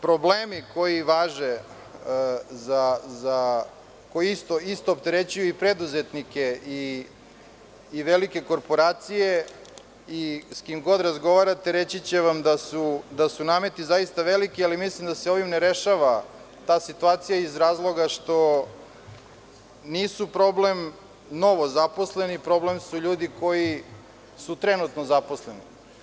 Problemi koji važe, koji isto opterećuje i preduzetnike i velike korporacije, s kim god razgovarate reći će vam da su nameti zaista veliki, ali mislim da se ovim ne rešava ta situacija iz razloga što nisu problem novozaposleni, problem su ljudi koji su trenutno zaposleni.